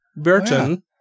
Burton